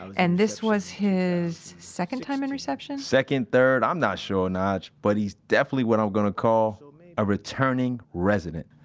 and this was his, second time in reception? second, third, i'm not sure, nige. but he's definitely what i'm gonna call um a ah returning resident.